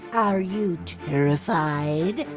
are you terrified?